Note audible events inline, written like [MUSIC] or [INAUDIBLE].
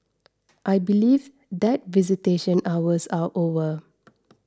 I believe that visitation hours are over [NOISE]